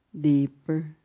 Deeper